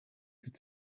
could